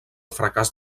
fracàs